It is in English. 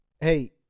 Hey